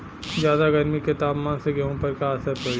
ज्यादा गर्मी के तापमान से गेहूँ पर का असर पड़ी?